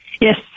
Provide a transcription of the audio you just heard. Yes